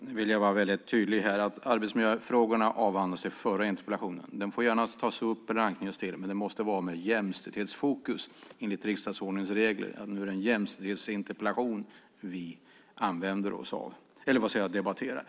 Nu vill jag vara väldigt tydlig med att arbetsmiljöfrågorna avhandlades i den förra interpellationen. Den får gärna tas upp eller anknytas till, men det måste vara med jämställdhetsfokus, enligt riksdagsordningens regler. Nu är det en jämställdhetsinterpellation vi debatterar.